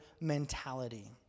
mentality